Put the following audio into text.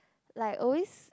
like always